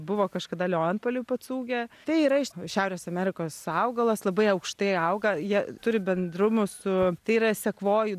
buvo kažkada leonpoly pocūgė tai yra iš šiaurės amerikos augalas labai aukštai auga jie turi bendrumų su tai yra sekvojų